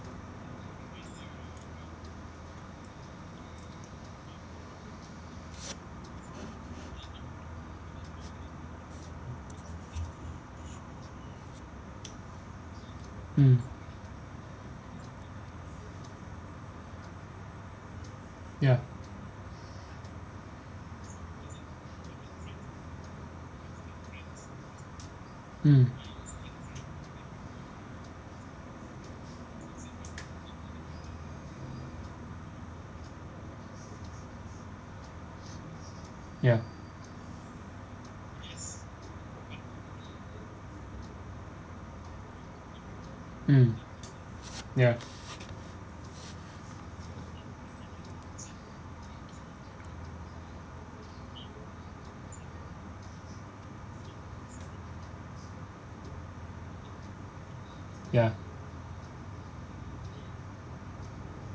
mm ya mm ya mm ya ya